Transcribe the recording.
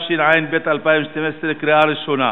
התשע"ב 2012, קריאה ראשונה.